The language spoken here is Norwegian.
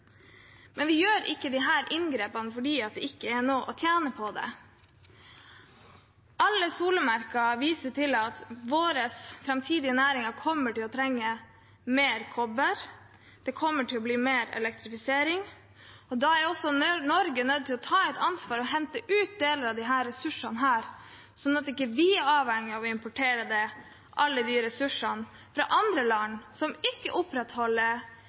Men vi gjør ikke disse inngrepene fordi det ikke er noe å tjene på dem. Etter alle solemerker kommer våre framtidige næringer til å trenge mer kobber, det kommer til å bli mer elektrifisering, og da er også Norge nødt til å ta et ansvar og hente ut deler av disse ressursene, sånn at vi ikke er avhengig av å importere alle de ressursene fra andre land som ikke opprettholder